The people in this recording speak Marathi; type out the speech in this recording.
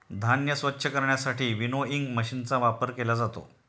धान्य स्वच्छ करण्यासाठी विनोइंग मशीनचा वापर केला जातो